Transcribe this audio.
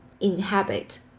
inhabit